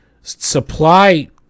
supply